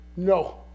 No